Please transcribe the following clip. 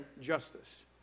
justice